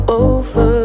over